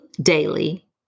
daily